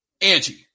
Angie